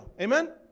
amen